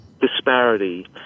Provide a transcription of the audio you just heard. Disparity